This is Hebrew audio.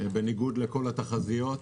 בניגוד לכל התחזיות.